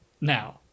Now